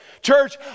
Church